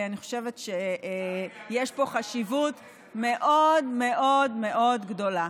אני חושבת שיש פה חשיבות מאוד מאוד מאוד גדולה.